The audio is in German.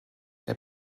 der